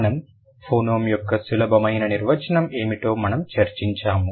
మరియు ఫోనోమ్ యొక్క సులభమైన నిర్వచనం ఏమిటో మనము చర్చించాము